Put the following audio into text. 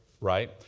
Right